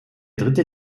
dritte